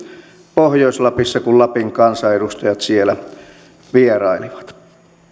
pohjois lapissa kun lapin kansanedustajat siellä vierailivat